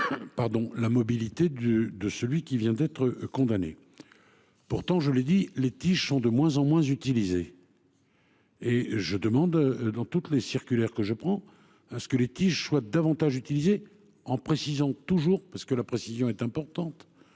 la mobilité de celui qui vient d'être condamné. Pourtant, je l'ai dit, ces travaux sont de moins en moins utilisés. Je demande dans toutes les circulaires que je prends qu'ils le soient davantage en précisant toujours- la précision est importante,